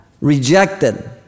rejected